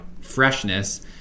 freshness